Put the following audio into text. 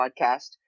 podcast